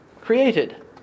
created